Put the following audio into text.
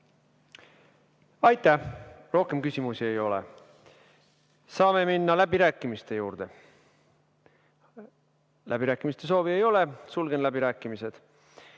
Aitäh! Rohkem küsimusi ei ole. Saame minna läbirääkimiste juurde. Läbirääkimiste soovi ei ole, sulgen läbirääkimised.